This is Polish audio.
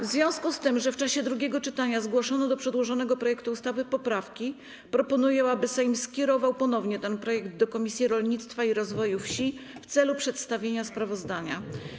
W związku z tym, że w czasie drugiego czytania zgłoszono do przedłożonego projektu ustawy poprawki, proponuję, aby Sejm skierował ponownie ten projekt do Komisji Rolnictwa i Rozwoju Wsi w celu przedstawienia sprawozdania.